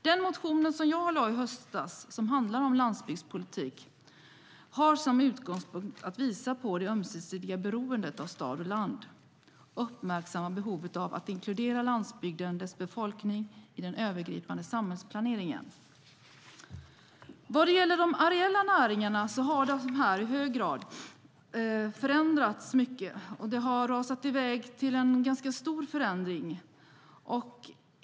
Den motion som jag väckte i höstas, som handlar om landsbygdspolitik, har som utgångspunkt att visa på det ömsesidiga beroendet mellan stad och land samt uppmärksamma behovet av att inkludera landsbygden och dess befolkning i den övergripande samhällsplaneringen. De areella näringarna har i hög grad förändrats, och det har rasat i väg till en ganska stor förändring.